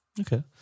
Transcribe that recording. Okay